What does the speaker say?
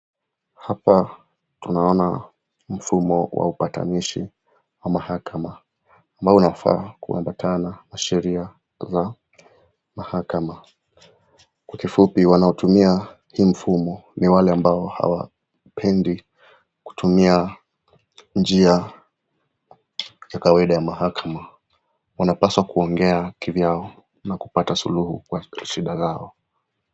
Hapa tunaona mfumo wa upatanishi wa mahakama ambao unafaa kuambatana na sheria za mahakama. Kwa kifupi, wanao tumia hii mfumo ni wale ambao hawapendi kutumia njia za kawaida ya mahakama. Wanapaswa kuongea kivyao na kupata suluhu kwa shida zao